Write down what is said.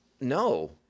no